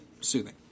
Soothing